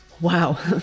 Wow